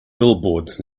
billboards